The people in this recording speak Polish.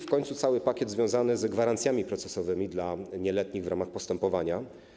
W końcu mamy cały pakiet związany z gwarancjami procesowymi dla nieletnich w ramach postępowania.